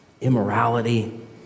immorality